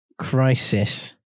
Crisis